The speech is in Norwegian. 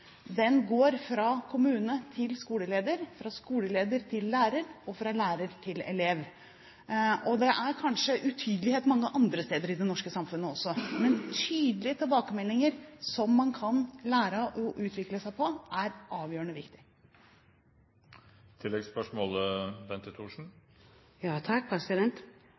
går fra kommune til skoleleder, fra skoleleder til lærer og fra lærer til elev – og det er kanskje utydelighet mange andre steder i det norske samfunnet også. Tydelige tilbakemeldinger som man kan lære av og utvikle seg på, er avgjørende viktig.